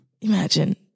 Imagine